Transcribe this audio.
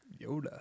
Yoda